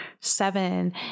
seven